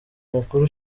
mukuru